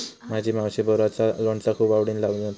माझी मावशी बोराचा लोणचा खूप आवडीन बनवता